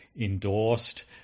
endorsed